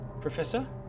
Professor